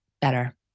better